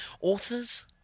authors